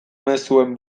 mezuen